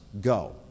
go